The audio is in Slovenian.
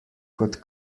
kot